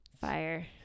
fire